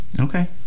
Okay